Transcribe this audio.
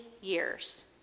years